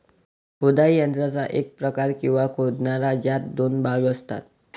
खोदाई यंत्राचा एक प्रकार, किंवा खोदणारा, ज्यात दोन भाग असतात